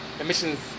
emissions